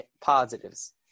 positives